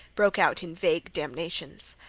broke out in vague damnations.